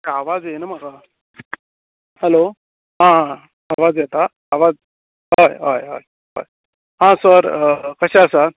आवाज येयन म्हाका हेलो आं हां आवाज येता आवाज हय हय हय आं सर कशें आसा